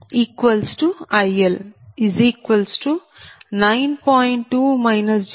2 j2